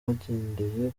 hagendewe